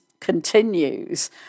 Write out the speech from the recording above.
continues